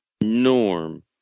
Norm